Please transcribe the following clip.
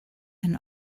and